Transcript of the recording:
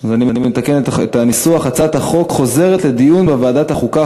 אני מתקן את הניסוח: הצעת החוק חוזרת לדיון בוועדת החוקה,